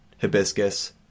hibiscus